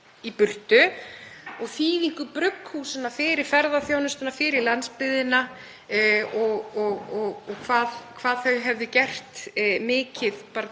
í burtu og þýðingu brugghúsanna fyrir ferðaþjónustuna, fyrir landsbyggðina og hvað þau hefðu gert mikið,